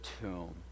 tomb